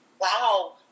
wow